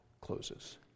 closes